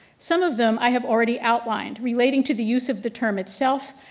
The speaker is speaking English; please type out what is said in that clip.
some of them, i have already outlined, relating to the use of the term itself,